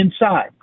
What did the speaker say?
inside